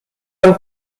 han